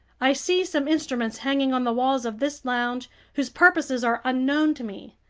i see some instruments hanging on the walls of this lounge whose purposes are unknown to me.